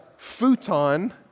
Futon